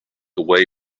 away